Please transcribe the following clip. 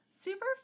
super